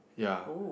ya